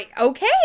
Okay